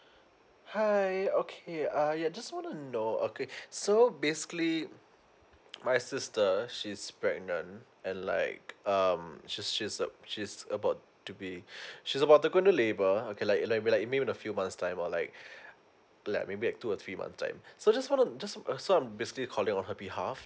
hi okay uh yeah just wanna know okay so basically my sister she's pregnant and like um she's she's uh she's about to be she's about to gonna labour okay like like maybe in a few months time or like like maybe like two or three month time so just wanna just so I'm basically calling on her behalf